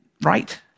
right